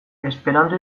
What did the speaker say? esperanto